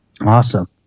Awesome